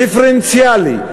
דיפרנציאלי,